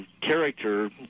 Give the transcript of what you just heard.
character